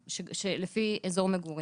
לפי אזור מגורים.